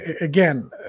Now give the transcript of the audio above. again